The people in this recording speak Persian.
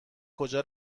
کجا